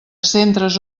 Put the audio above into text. centres